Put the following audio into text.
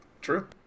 True